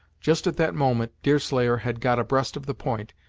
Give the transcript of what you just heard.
just at that moment, deerslayer had got abreast of the point,